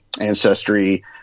ancestry